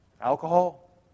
alcohol